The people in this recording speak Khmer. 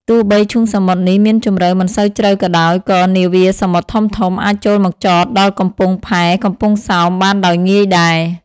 ទោះបីឈូងសមុទ្រនេះមានជំរៅមិនសូវជ្រៅក៏ដោយ ក៏នាវាសមុទ្រធំៗ អាចចូលមកចតដល់កំពង់ផែកំពង់សោមបានដោយងាយដែរ ។